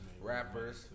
rappers